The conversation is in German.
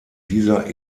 dieser